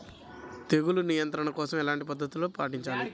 తెగులు నియంత్రణ కోసం ఎలాంటి పద్ధతులు పాటించాలి?